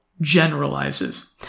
generalizes